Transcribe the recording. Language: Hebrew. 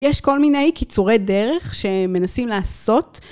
יש כל מיני קיצורי דרך שמנסים לעשות.